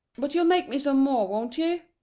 but you'll make me some more, won't you?